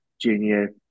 junior